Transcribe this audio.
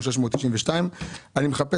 אני רואה שהשנה יש לנו 642,00. אני מחפש